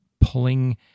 pulling